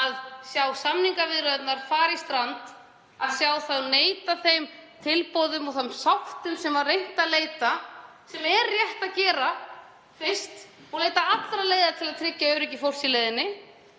að sjá samningaviðræðurnar fara í strand, að sjá þá neita þeim tilboðum og þeirri sátt sem var reynt að leita, sem er rétt að gera fyrst, og leita allra leiða til að tryggja öryggi fólks í leiðinni.